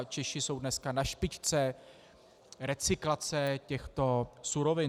Češi jsou dneska na špičce recyklace těchto surovin.